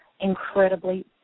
incredibly